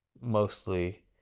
mostly